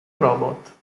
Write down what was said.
robot